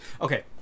Okay